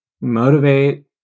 motivate